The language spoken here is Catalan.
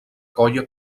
colla